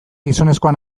gizonezkoa